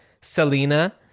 Selena